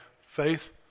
faith